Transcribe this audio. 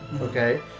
okay